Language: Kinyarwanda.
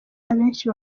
abenshi